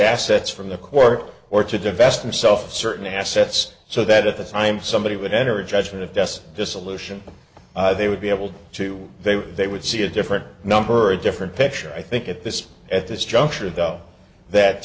assets from the court or to divest himself of certain assets so that at the time somebody would enter a judgment of just dissolution they would be able to they they would see a different number a different picture i think at this at this juncture though that